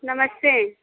नमस्ते